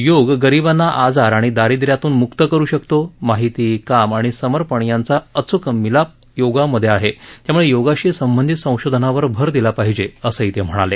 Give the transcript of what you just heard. योग गरीबांना आजार आणि दारिद्रयातून मुक्त करु शकतो माहिती काम आणि सर्मपण यांचा अचूक मिलाप योगात आहे त्यामुळे योगाशी संबंधित संशोधनावर भर दिला पाहिजे असं ते म्हणाले